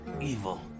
Evil